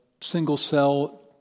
single-cell